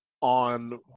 on